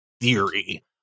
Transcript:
theory